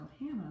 Hannah